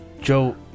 Joe